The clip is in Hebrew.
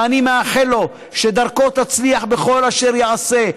ואני מאחל לו שדרכו תצליח בכל אשר יעשה.